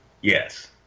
Yes